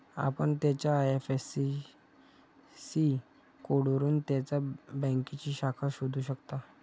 आपण त्याच्या आय.एफ.एस.सी कोडवरून त्याच्या बँकेची शाखा शोधू शकता